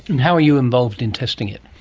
and how are you involved in testing it?